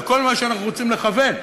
על כל מה שאנחנו רוצים לכוון.